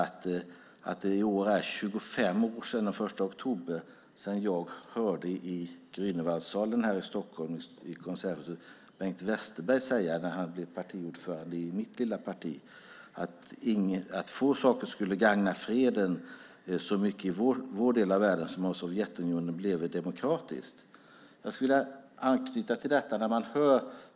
I år den 1 oktober är det 25 år sedan jag i Grünewaldsalen i Konserthuset i Stockholm hörde Bengt Westerberg säga, när han blev partiordförande i mitt lilla parti, att få saker skulle gagna freden så mycket i vår del av världen som om Sovjetunionen blev demokratiskt. Jag skulle vilja anknyta till detta.